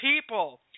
people